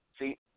See